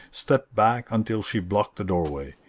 stepped back until she blocked the doorway.